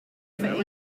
for